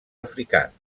africans